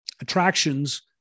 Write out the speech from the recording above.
attractions